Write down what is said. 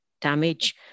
damage